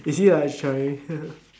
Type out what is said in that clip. is he like act shy